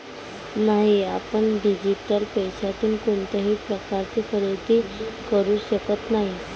नाही, आपण डिजिटल पैशातून कोणत्याही प्रकारचे खरेदी करू शकत नाही